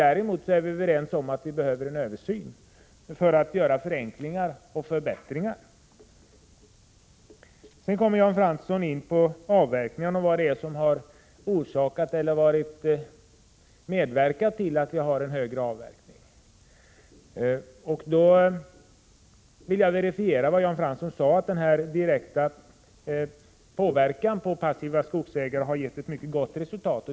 Däremot råder enighet om att vi behöver en översyn för att få förenklingar och förbättringar till stånd. Jan Fransson kom in på avverkningarna och frågade vad som medverkat till att vi har en högre avverkning. Då vill jag verifiera vad Jan Fransson sade, nämligen att den direkta påverkan på passiva skogsägare har gett ett mycket gott resultat.